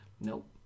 Nope